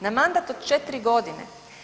Na mandat od 4 godine.